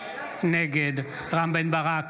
נגד רם בן ברק,